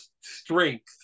strength